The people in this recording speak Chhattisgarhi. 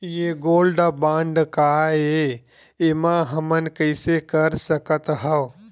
ये गोल्ड बांड काय ए एमा हमन कइसे कर सकत हव?